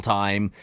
time